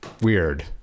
weird